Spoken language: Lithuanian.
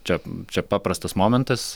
čia čia paprastas momentas